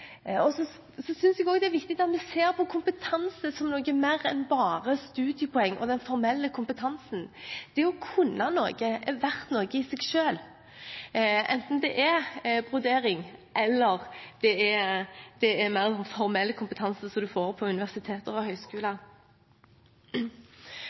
er viktig at vi ser på kompetanse som noe mer enn bare studiepoeng – og den formelle kompetansen. Det å kunne noe er verdt noe i seg selv, enten det er brodering, eller det er den mer formelle kompetansen som en får på universiteter og høyskoler.